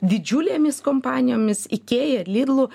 didžiulėmis kompanijomis ikea ir lidlu